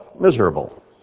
miserable